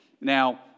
Now